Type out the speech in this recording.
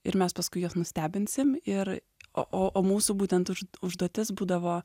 ir mes paskui juos nustebinsim ir o o o mūsų būtent už užduotis būdavo